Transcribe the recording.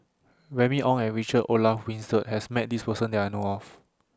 Remy Ong and Richard Olaf Winstedt has Met This Person that I know of